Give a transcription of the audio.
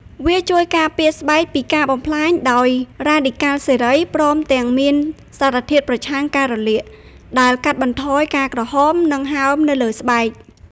វាជួយការពារស្បែកពីការបំផ្លាញដោយរ៉ាឌីកាល់សេរី ព្រមទាំងមានសារធាតុប្រឆាំងការរលាក ដែលកាត់បន្ថយការក្រហម និងហើមនៅលើស្បែក។